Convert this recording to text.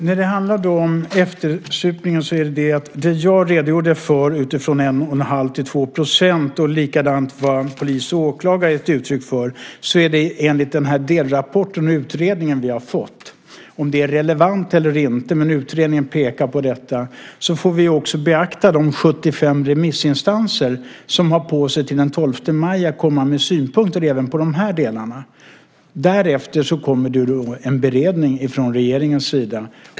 Fru talman! När det gäller eftersupningen redogjorde jag för vad som gällde utifrån 1 1⁄2-2 % och likadant i fråga om vad polis och åklagare gett uttryck för. Det är enligt denna delrapport och utredning som vi har fått. Om det är relevant eller inte vet jag inte. Men utredningen pekar på detta. Då får vi också beakta de 75 remissinstanser som har på sig till den 12 maj att komma med synpunkter även på dessa delar. Därefter kommer en beredning från regeringens sida.